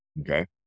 Okay